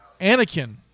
Anakin